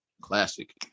Classic